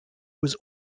was